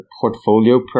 portfolio